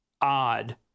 odd